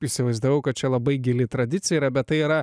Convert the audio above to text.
įsivaizdavau kad čia labai gili tradicija yra bet tai yra